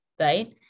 right